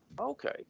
Okay